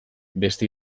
beste